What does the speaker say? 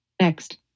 Next